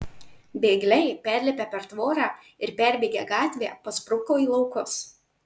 bėgliai perlipę per tvorą ir perbėgę gatvę paspruko į laukus